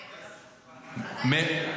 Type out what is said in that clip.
הרבה.